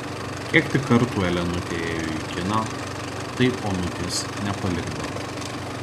kiek tik kartų elenutė ėjo į kiną tai onutės nepalikdavo